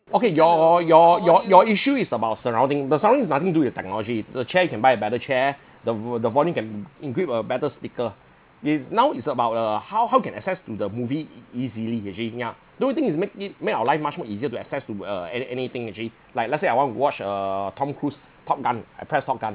okay your your your your issue is about surrounding but surrounding is nothing to do with technology the chair you can buy a better chair the vol~ the volume you can equip a better speaker you now it's about uh how how can access to the movie easily actually ya don't you think it make it make our life much more easier to access to uh any anything actually like let's say I want to watch uh tom cruise top gun I press top gun